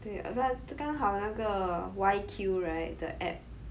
对 but 刚好那个 WhyQ right the app